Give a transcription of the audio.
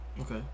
Okay